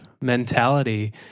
mentality